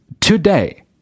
today